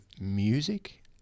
music